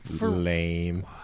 lame